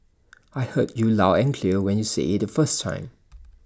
I heard you loud and clear when you said IT the first time